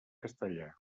castellà